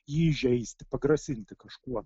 jį įžeisti pagrasinti kažkuo